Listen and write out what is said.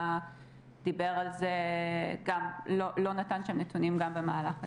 שדיבר על זה לא נתן נתונים במהלך הדיון.